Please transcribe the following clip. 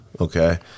Okay